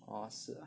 哦是啊